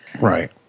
right